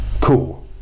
cool